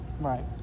Right